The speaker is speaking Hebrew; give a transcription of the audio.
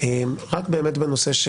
רק בנושא,